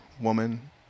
woman